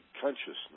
consciousness